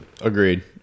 Agreed